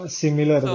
similar